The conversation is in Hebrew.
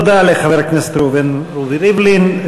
תודה לחבר הכנסת ראובן רובי ריבלין.